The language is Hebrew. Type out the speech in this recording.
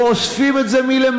פה אוספים את זה מלמעלה.